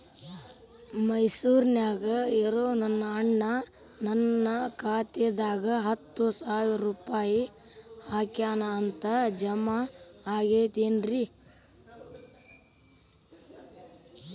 ಮೈಸೂರ್ ನ್ಯಾಗ್ ಇರೋ ನನ್ನ ಅಣ್ಣ ನನ್ನ ಖಾತೆದಾಗ್ ಹತ್ತು ಸಾವಿರ ರೂಪಾಯಿ ಹಾಕ್ಯಾನ್ ಅಂತ, ಜಮಾ ಆಗೈತೇನ್ರೇ?